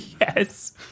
Yes